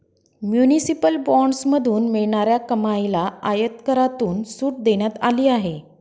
municipal बॉण्ड्समधून मिळणाऱ्या कमाईला आयकरातून सूट देण्यात आली आहे